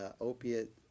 opiate